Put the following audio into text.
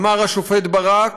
אמר השופט ברק,